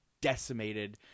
decimated